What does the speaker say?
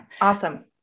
Awesome